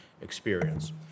experience